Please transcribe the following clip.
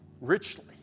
richly